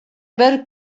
бер